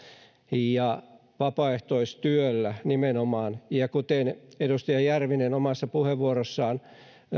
ja vapaaehtoistyöllä nimenomaan kuten edustaja järvinen omassa puheenvuorossaan